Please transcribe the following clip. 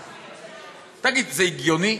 תגיד, זה הגיוני?